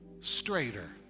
straighter